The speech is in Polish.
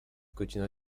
godzina